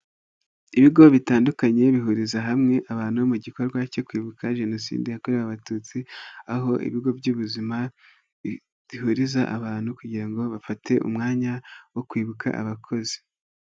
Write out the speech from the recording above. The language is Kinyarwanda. Ibigo bitandukanye bihuriza hamwe abantu mu gikorwa cyo kwibuka jenoside yakorewe abatutsi, aho ibigo by'ubuzima, bihuriza abantu kugira ngo bafate umwanya, wo kwibuka abakozi.